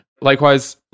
Likewise